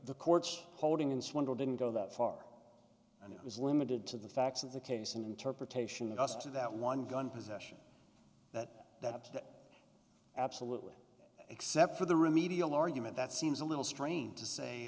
the court's holding in swindle didn't go that far and it was limited to the facts of the case an interpretation of us to that one gun possession that absolutely except for the remedial argument that seems a little strange to say